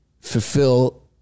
fulfill